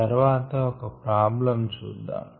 తర్వాత ఒక ప్రాబ్లమ్ చూద్దాం